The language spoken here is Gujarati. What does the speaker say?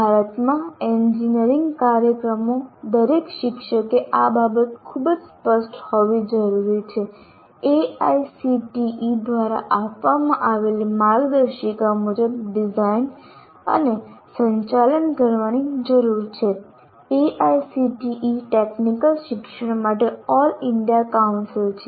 ભારતમાં એન્જિનિયરિંગ કાર્યક્રમો દરેક શિક્ષકે આ બાબત ખૂબ જ સ્પષ્ટ હોવી જરૂરી છે AICTE દ્વારા આપવામાં આવેલી માર્ગદર્શિકા મુજબ ડિઝાઇન અને સંચાલન કરવાની જરૂર છે AICTE ટેકનિકલ શિક્ષણ માટે ઓલ ઇન્ડિયા કાઉન્સિલ છે